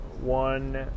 one